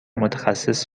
متخصص